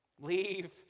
Leave